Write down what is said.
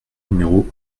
numéro